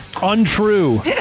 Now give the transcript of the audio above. untrue